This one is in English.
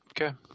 Okay